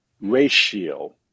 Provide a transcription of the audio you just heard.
ratio